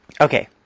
Okay